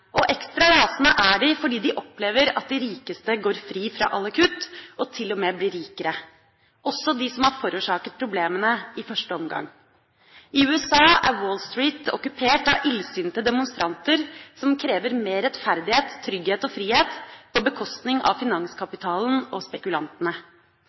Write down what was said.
Ekstra rasende er de fordi de opplever at de rikeste går fri for alle kutt, og til og med blir rikere – også de som har forårsaket problemene i første omgang. I USA er Wall Street okkupert av illsinte demonstranter som krever mer rettferdighet, trygghet og frihet, på bekostning av